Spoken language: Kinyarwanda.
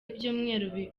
ibyumweru